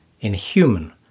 inhuman